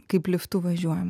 kaip liftu važiuojam